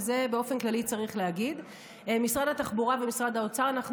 וזה באופן כללי צריך להגיד: במשרד התחבורה ומשרד האוצר אנחנו